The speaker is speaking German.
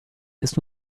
ist